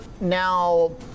now